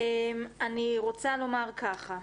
אני רוצה לומר ככה,